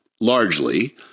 largely